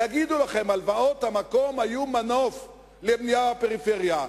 והם יגידו לכם: הלוואות המקום היו מנוף לבנייה בפריפריה.